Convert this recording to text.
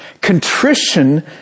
Contrition